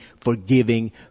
forgiving